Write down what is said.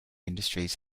industries